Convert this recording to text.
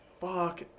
Fuck